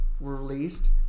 released